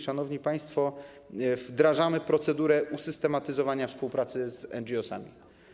Szanowni państwo, wdrażamy procedurę usystematyzowania współpracy z NGO.